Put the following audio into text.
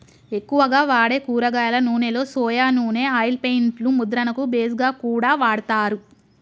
ఎక్కువగా వాడే కూరగాయల నూనెలో సొయా నూనె ఆయిల్ పెయింట్ లు ముద్రణకు బేస్ గా కూడా వాడతారు